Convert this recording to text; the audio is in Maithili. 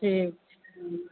ठीक छै